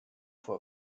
for